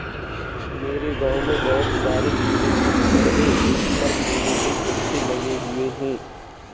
मेरे गांव में बहुत सारे केले के पेड़ हैं इन पर केले के गुच्छे लगे हुए हैं